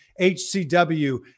HCW